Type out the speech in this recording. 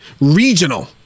Regional